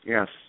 Yes